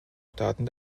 staaten